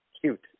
Cute